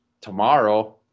tomorrow